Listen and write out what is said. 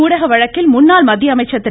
ஊடக வழக்கில் முன்னாள் மத்திய அமைச்சர் திரு